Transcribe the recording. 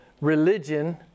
religion